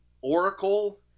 Oracle